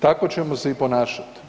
Tako ćemo se i ponašati.